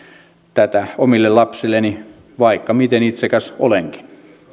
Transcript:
tätä omille lapsilleni vaikka miten itsekäs olisinkin